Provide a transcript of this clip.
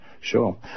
Sure